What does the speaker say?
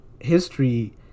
history